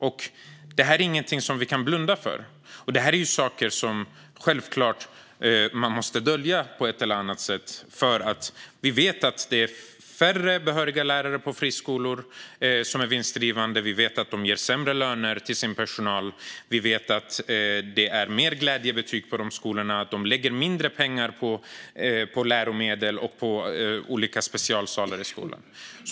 Detta är ingenting som vi kan blunda för. Det här är saker som man självklart måste dölja på ett eller annat sätt. Vi vet ju att det är färre behöriga lärare på vinstdrivande friskolor. Vi vet att de ger sämre löner till sin personal. Vi vet att det är mer glädjebetyg på de skolorna och att de lägger mindre pengar på läromedel och på olika specialsalar i skolan.